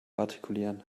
artikulieren